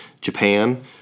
Japan